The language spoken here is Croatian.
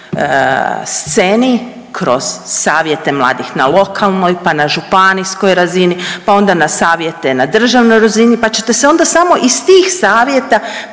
drugoj sceni kroz Savjete mladih na lokalnoj, pa na županijskoj razini, pa onda na savjete na državnoj razini, pa ćete se onda samo iz tih savjeta